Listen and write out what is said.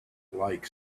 like